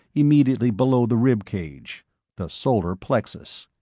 immediately below the rib cage the solar plexus.